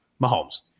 Mahomes